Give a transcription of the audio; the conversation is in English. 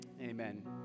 amen